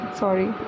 sorry